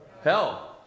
Hell